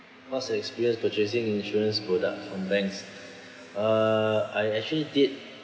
what's your experience purchasing insurance product from banks uh I actually did